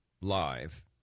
live